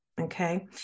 Okay